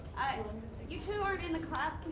you two aren't in the class.